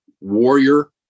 warrior